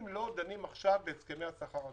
אם לא דנים עכשיו בהסכמי השכר הקבועים.